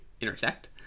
intersect